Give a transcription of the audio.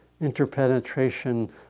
interpenetration